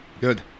Good